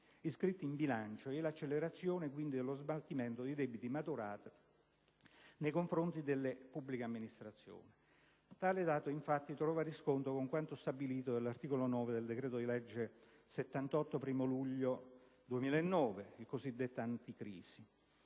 iscritti in bilancio e l'accelerazione quindi dello smaltimento dei debiti maturati nei confronti delle pubbliche amministrazioni. Tale dato, infatti, trova riscontro con quanto stabilito dall'articolo 9 del decreto-legge 1° luglio 2009, n. 78, il cosiddetto decreto